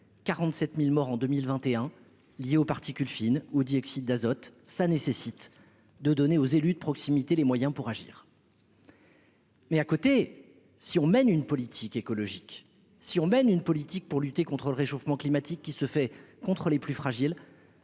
47000 morts en 2021 liée aux particules fines ou dioxyde d'azote, ça nécessite de donner aux élus de proximité, les moyens pour agir. Mais à côté, si on mène une politique écologique si on mène une politique pour lutter contre le réchauffement climatique qui se fait contrôler plus fragiles,